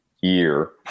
year